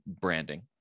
branding